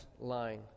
line